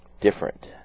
different